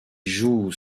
joue